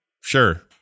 sure